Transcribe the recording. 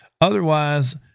Otherwise